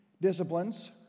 disciplines